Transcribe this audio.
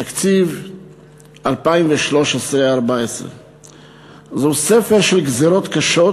תקציב 2013 2014. זהו ספר של גזירות קשות